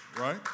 right